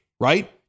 right